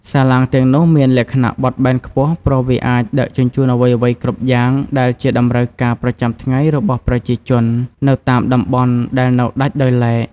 សាឡាងទាំងនោះមានលក្ខណៈបត់បែនខ្ពស់ ព្រោះវាអាចដឹកជញ្ជូនអ្វីៗគ្រប់យ៉ាងដែលជាតម្រូវការប្រចាំថ្ងៃរបស់ប្រជាជននៅតាមតំបន់ដែលនៅដាច់ដោយឡែក។